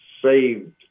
saved